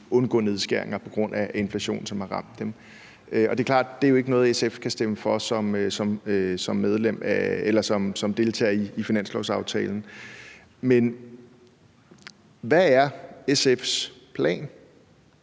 undgå nedskæringer på grund af den inflation, som har ramt dem. Det er klart, at det ikke er noget, som SF kan stemme for som deltager i finanslovsaftalen. Men hvad er SF's plan